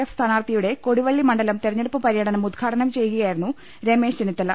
F സ്ഥാനാർഥിയുടെ കൊടുവള്ളി മണ്ഡലം തെരഞ്ഞെടുപ്പു പര്യടനം ഉദ്ഘാടനം ചെയ്യുകയായിരുന്നു രമേശ് ചെന്നിത്തല